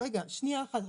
רגע, שנייה אחת.